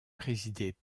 présidée